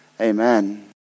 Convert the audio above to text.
Amen